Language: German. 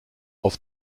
auf